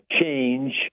change